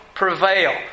Prevail